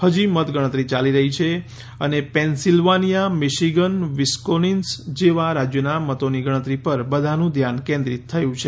હજી મતગણતરી યાલી રહી છે અને પેન્સીલ્વાનીયા મીશીગન વિસ્કોન્સીન જેવા રાજ્યોના મતોની ગણતરી ઉપર બધાનું ધ્યાન કેન્દ્રિત થયું છે